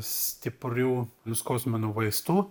stiprių nuskausminų vaistų